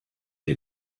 der